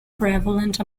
prevalent